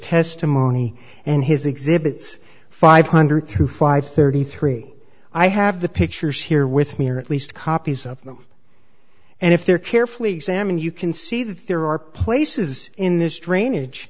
testimony and his exhibits five hundred through five thirty three i have the pictures here with me or at least copies of them and if they're carefully examined you can see that there are places in this drainage